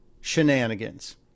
shenanigans